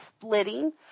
splitting